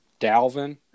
Dalvin